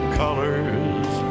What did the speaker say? colors